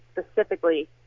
specifically